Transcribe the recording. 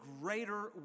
greater